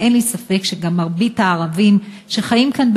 ואין לי ספק שגם מרבית הערבים שחיים כאן,